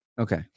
Okay